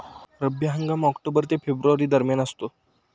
रब्बी हंगाम ऑक्टोबर ते फेब्रुवारी दरम्यान असतो